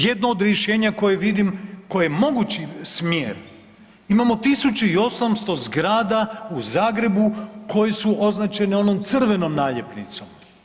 Jedno od rješenja koje vidim koji je mogući smjer imamo tisuću i 800 zgrada u Zagrebu koje su označene onom crvenom naljepnicom.